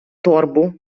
торбу